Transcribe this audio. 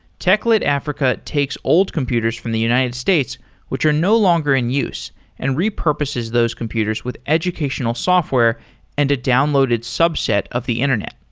techlit africa takes old computers from the united states which are no longer in use and repurposes those computers with educational software and a downloaded subset of the internet.